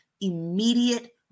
immediate